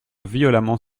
violemment